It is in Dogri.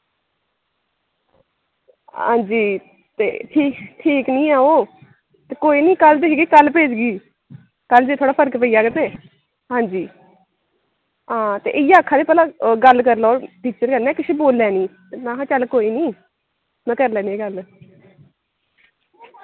हां जी ते ठीक निं ऐ ओह् ते कोई निं कल दिखगी कल भेजगी कल जे थोह्ड़ा फर्क पेई जाह्ग ते हां जी हां ते इयै आक्खा दे भला गल्ल करी लैओ टीचर किश बोलै निं ते महां चल कोई निं में करी लैन्नी आं गल्ल